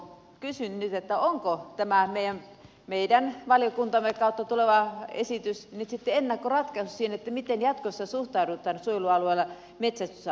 kysyn nyt onko tämä meidän valiokuntamme kautta tuleva esitys nyt sitten ennakkoratkaisu siinä miten jatkossa suhtaudutaan suojelualueilla metsästysasioihin